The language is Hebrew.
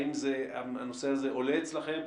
האם הנושא הזה עולה אצלכם?